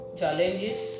challenges